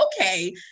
okay